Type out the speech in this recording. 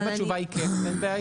אם התשובה היא כן, אז אין בעיה.